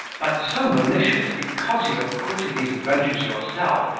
that's so malicious, because you have quitted these adventures yourself,